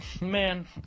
man